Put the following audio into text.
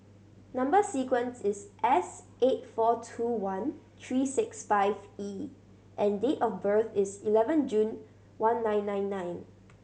number sequence is S eight four two one three six five E and date of birth is eleven June one nine nine nine